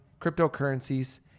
cryptocurrencies